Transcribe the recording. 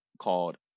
called